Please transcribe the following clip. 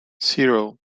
zero